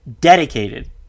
dedicated